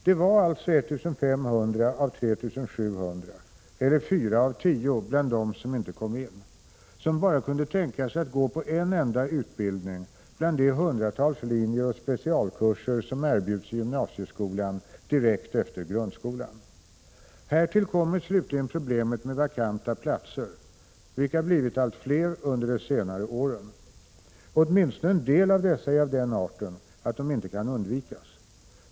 Det var alltså 1 500 av 3 700, eller fyra av tio bland dem som inte kom in, som bara kunde tänka sig att gå på en enda utbildning bland de hundratals linjer och specialkurser som erbjuds i gymnasieskolan direkt efter grundskolan! Härtill kommer slutligen problemet med vakanta platser, vilka blivit allt fler under de senare åren. Åtminstone en del av dessa är av den arten att de inte kan undvikas.